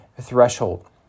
threshold